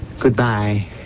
Goodbye